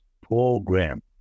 program